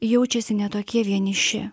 jaučiasi ne tokie vieniši